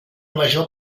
major